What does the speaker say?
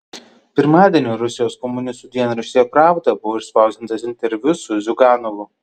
pirmadienį rusijos komunistų dienraštyje pravda buvo išspausdintas interviu su ziuganovu